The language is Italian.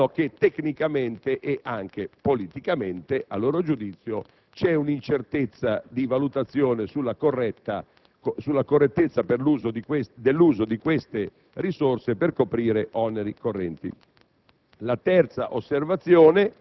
di quella discussione - segnalano che tecnicamente, e anche politicamente, a loro giudizio, c'è un'incertezza di valutazione sulla correttezza dell'uso di queste risorse per coprire oneri correnti.